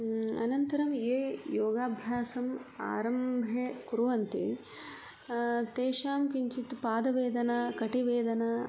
अनन्तरं ये योगाभ्यासम् आरम्भे कुर्वन्ति तेषां किञ्चित् पादवेदना कटिवेदना